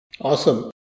Awesome